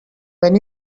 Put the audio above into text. when